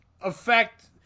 affect